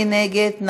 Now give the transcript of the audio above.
מי נגד?